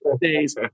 days